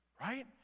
right